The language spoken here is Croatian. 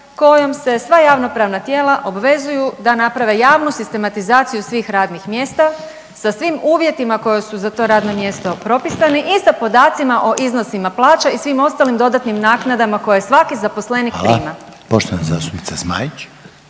kojom se sva javnopravna tijela obvezuju da naprave javnu sistematizaciju svih radnih mjesta sa svim uvjetima koji su za to radno mjesto propisani i sa podacima o iznosima plaća i svim ostalim dodatnim naknadama koje svaki zaposlenik prima? **Reiner, Željko (HDZ)**